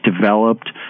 developed